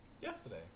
yesterday